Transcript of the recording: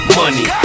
money